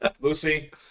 lucy